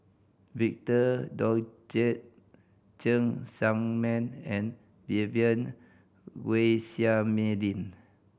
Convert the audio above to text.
Victor Doggett Cheng Tsang Man and Vivien Quahe Seah Mei Lin